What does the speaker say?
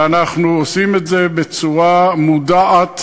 ואנחנו עושים את זה בצורה מודעת,